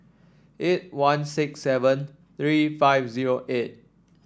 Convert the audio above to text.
eight one six seven three five zero eight